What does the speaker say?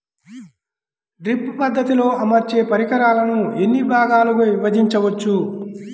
Drip పద్ధతిలో అమర్చే పరికరాలను ఎన్ని భాగాలుగా విభజించవచ్చు?